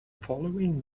following